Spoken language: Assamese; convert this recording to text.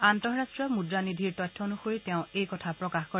আন্তঃৰাষ্টীয় মুদ্ৰা নিধিৰ তথ্য অনুসৰি তেওঁ এই কথা প্ৰকাশ কৰে